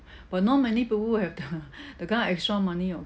but not many people would have the the kind of extra money or